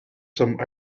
some